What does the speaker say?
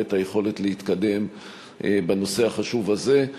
את היכולת להתקדם בנושא החשוב הזה.